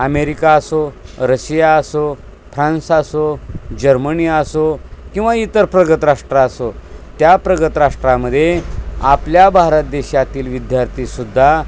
America असो Russia असो France असो जर्मनी असो किंवा इतर प्रगत राष्ट्र असो त्या प्रगत राष्ट्रामध्ये आपल्या भारत देशातील विद्यार्थीसुद्धा